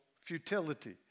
futility